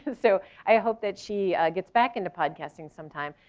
so i hope that she gets back into podcasting some time.